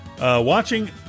Watching